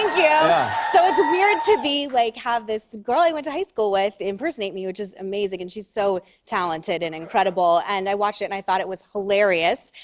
yeah so, it's weird to be, like, have this girl i went to high school with impersonate me, which is amazing. and she's so talented and incredible. and i watched it, and i thought it was hilarious.